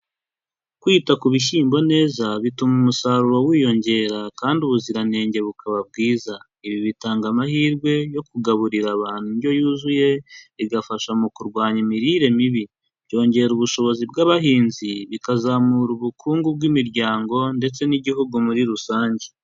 Kwita ku bishyimbo neza bituma umusaruro wiyongera kandi ubuziranenge bukaba bwiza, ibi bitanga amahirwe yo kugaburira abantu indyo yuzuye igafasha mu kurwanya imirire mibi, byongera ubushobozi bw'abahinzi bikazamura ubukungu bw'imiryango ndetse n'igihugu muri rusange.